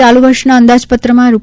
આ માટે ચાલુ વર્ષના અંદાજપત્રમાં રૂ